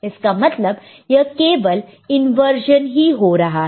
इसका मतलब यह केवल इंवर्जन ही हो रहा है